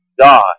God